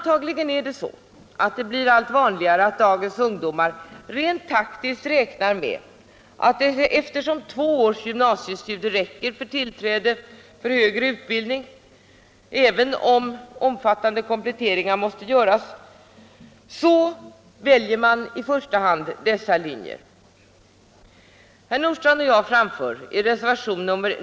Troligen blir det allt vanligare att dagens ungdomar rent taktiskt räknar med att två års gymnasiestudier räcker för tillträde till högre utbildning, även om omfattande kompletteringar måste göras, och därför i första hand väljer dessa linjer.